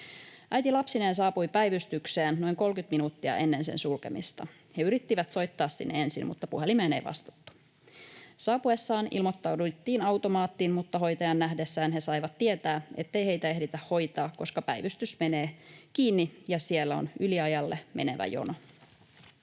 Äiti lapsineen saapui päivystykseen noin 30 minuuttia ennen sen sulkemista. He yrittivät soittaa sinne ensin, mutta puhelimeen ei vastattu. Heidän saapuessaan ilmoittauduttiin automaattiin, mutta hoitajan nähdessään he saivat tietää, ettei heitä ehditä hoitaa, koska päivystys menee kiinni ja siellä on yliajalle menevä jono.